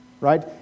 right